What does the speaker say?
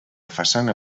façana